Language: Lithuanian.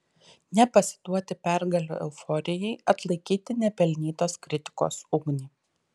nepasiduoti pergalių euforijai atlaikyti nepelnytos kritikos ugnį